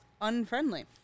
unfriendly